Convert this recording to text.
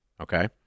Okay